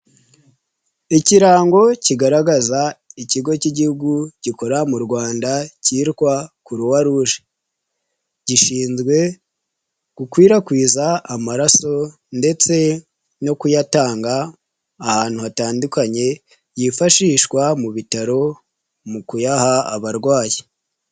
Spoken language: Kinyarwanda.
Ikirango kigaragaza ikigo cy'igihugu gikora mu Rwanda cyitwa kuruwaruje gishizwe gukwirakwiza amaraso ndetse no kuyatanga ahantu hatandukanye yifashishwa mu bitaro mu kuyaha abarwayi.